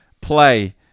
play